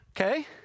Okay